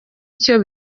icyo